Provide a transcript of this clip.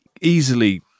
easily